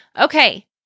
Okay